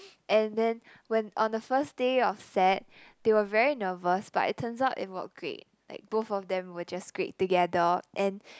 and then when on the first day of set they were very nervous but it turns out it work great like both of them were just great together and